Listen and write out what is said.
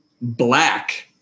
black